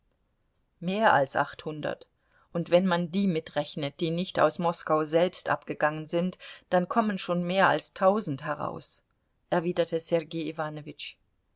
mehr als achthundert und wenn man die mitrechnet die nicht aus moskau selbst abgegangen sind dann kommen schon mehr als tausend heraus erwiderte sergei